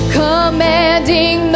commanding